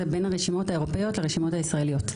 בין הרשימות האירופאיות לאלה הישראליות.